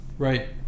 Right